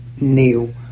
Neil